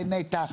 לנת"ע,